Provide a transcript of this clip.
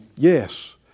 Yes